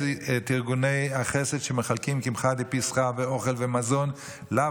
ארגוני החסד שמחלקים קמחא דפסחא ואוכל ומזון,